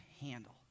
handle